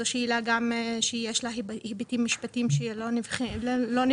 זאת שאלה שיש לה היבטים משפטיים שלא נבחנו.